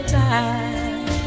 time